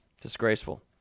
Disgraceful